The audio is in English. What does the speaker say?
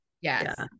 Yes